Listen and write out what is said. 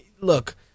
look